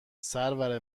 سرور